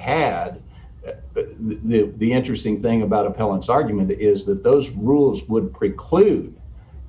had the the interesting thing about appellant's argument is that those rules would preclude